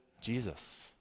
Jesus